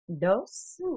Dos